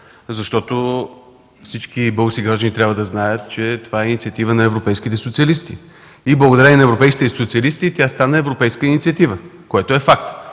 защото всички български граждани трябва да знаят, че това е инициатива на европейските социалисти. Благодарение на европейските социалисти тя стана европейска инициатива, което е факт.